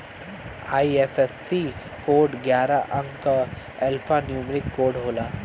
IFSC code ग्यारह अंक क एल्फान्यूमेरिक कोड होला